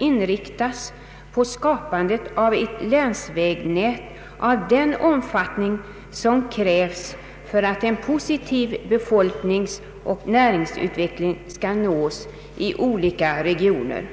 inriktas på skapandet av ett länsvägnät av den storlek som krävs för att en positiv befolkningsoch näringsutveckling skall nås i olika regioner.